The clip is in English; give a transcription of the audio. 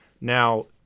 Now